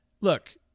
Look